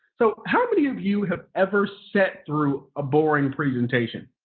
so, how many of you have ever sat through a boring presentation?